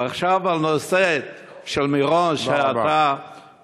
ועכשיו על הנושא של מירון, תודה רבה.